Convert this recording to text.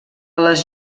les